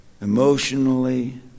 emotionally